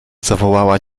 zawołała